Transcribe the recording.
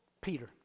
Peter